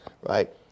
right